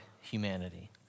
humanity